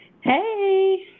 Hey